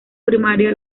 primaria